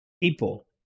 people